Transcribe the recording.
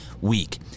week